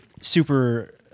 super